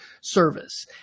service